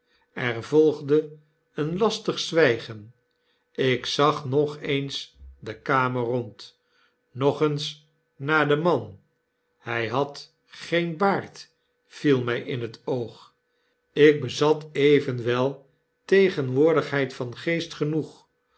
er volgde een lastig zwygen ik zag nog eens de kamer rond nog eens naar den manhy had geen baard viel my in t oog ik bezat evenwel tegenwoordigheid van geest genoeg